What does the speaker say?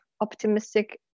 optimistic